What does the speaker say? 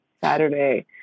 Saturday